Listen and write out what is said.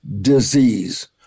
disease